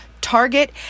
Target